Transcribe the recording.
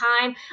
time